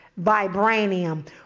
Vibranium